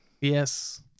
Yes